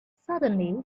suddenly